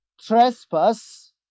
trespass